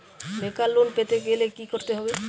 বেকার লোন পেতে গেলে কি করতে হবে?